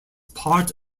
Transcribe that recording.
part